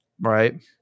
Right